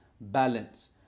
balance